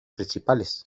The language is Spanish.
principales